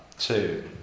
Two